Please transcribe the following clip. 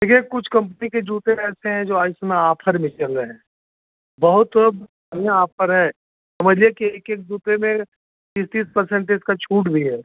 देखिए कुछ कम्पनी के जूते ऐसे हैं जो इस समय आफर भी चल रहे हैं बहुत में आफर है समझिए कि एक एक जूते में तीस तीस पर्सेन्टज का छूट भी है